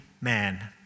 man